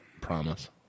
Promise